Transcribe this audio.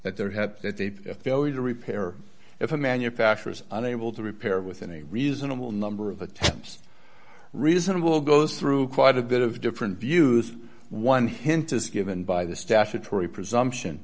there had to repair if a manufacturer's unable to repair within a reasonable number of attempts reasonable goes through quite a bit of different views one hint is given by the statutory presumption